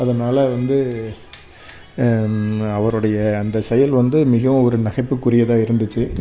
அதனால வந்து அவருடைய அந்த செயல் வந்து மிகவும் ஒரு நகைப்புக்குரியதாக இருந்துச்சு